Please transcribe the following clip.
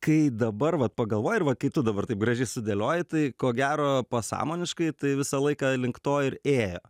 kai dabar vat pagalvoji ir va kai tu dabar taip gražiai sudėlioji tai ko gero pasąmoniškai tai visą laiką link to ir ėjo